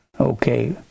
Okay